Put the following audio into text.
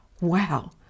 Wow